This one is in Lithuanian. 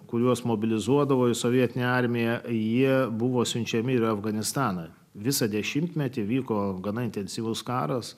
kuriuos mobilizuodavo į sovietinę armiją jie buvo siunčiami ir afganistaną visą dešimtmetį vyko gana intensyvus karas